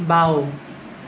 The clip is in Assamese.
বাওঁ